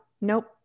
Nope